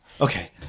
Okay